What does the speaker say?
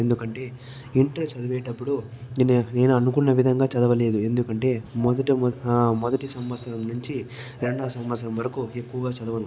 ఎందుకంటే ఇంటర్ చదివేటప్పుడు నేను నేను అనుకున్న విధంగా చదవలేదు ఎందుకంటే మొదట మొదటి సంవత్సరం నుంచి రెండవ సంవత్సరం వరకు ఎక్కువగా చదవరు